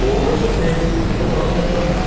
ਹੋਰ ਫਿਰ ਬੱਚੇ ਕਿੱਧਰ ਪੜ੍ਹਦੇ ਨੇ ਅੱਜ ਕੱਲ੍ਹ